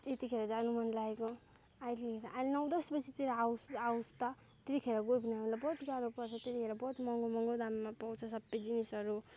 त्यतिखेर जानु मन लागेको आहिले आहिले नौ दस बजेतिर आओस आओस् त त्यतिखेर गयो भने हामीलाई बहुत गाह्रो पर्छ त्यतिखेर बहुत महँगो महँगो दाममा पाउँछ सबै जिनिसहरू